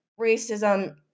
racism